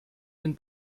den